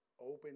open